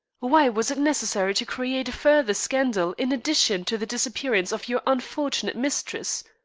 why was it necessary to create a further scandal in addition to the disappearance of your unfortunate mistress?